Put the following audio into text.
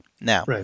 Now